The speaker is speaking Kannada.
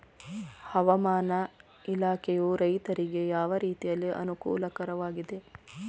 ಹವಾಮಾನ ಇಲಾಖೆಯು ರೈತರಿಗೆ ಯಾವ ರೀತಿಯಲ್ಲಿ ಅನುಕೂಲಕರವಾಗಿದೆ?